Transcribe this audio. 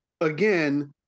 again